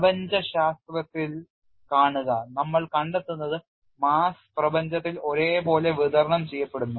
പ്രപഞ്ചശാസ്ത്രത്തിൽ കാണുക നമ്മൾ കണ്ടെത്തുന്നത് mass പ്രപഞ്ചത്തിൽ ഒരേപോലെ വിതരണം ചെയ്യപ്പെടുന്നു